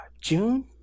june